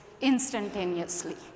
instantaneously